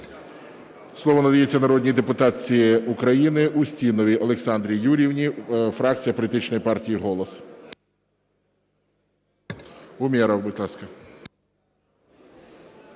Слово надається народній депутатці України Устіновій Олександрі Юріївні, фракція політичної партії "Голос". Умєров, будь ласка.